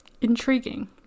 intriguing